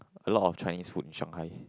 a lot of Chinese food in Shanghai